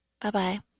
bye-bye